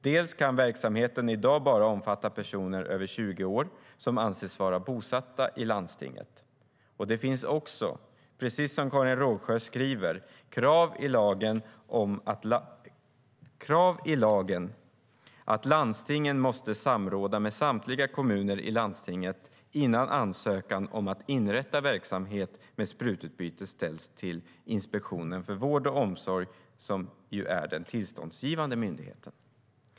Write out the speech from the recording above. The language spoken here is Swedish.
Dels kan verksamheten i dag bara omfatta personer över 20 år som anses vara bosatta i landstinget, dels finns det precis som Karin Rågsjö skriver krav i lagen på att landstingen måste samråda med samtliga kommuner i landstinget innan ansökan om att inrätta verksamhet med sprututbyte ställs till Inspektionen för vård och omsorg, som är tillståndsgivande myndighet.